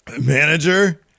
manager